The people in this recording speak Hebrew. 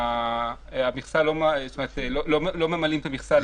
שלא ממלאים את המכסה.